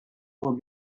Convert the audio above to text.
will